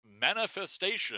manifestation